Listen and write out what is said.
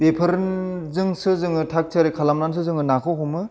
बेफोरजोंसो जोङो थाख थियारि खालामनासो जोङो नाखौ हमो